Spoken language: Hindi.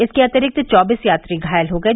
इसके अतिरिक्त चौबीस यात्री घायल हो गये